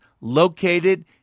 located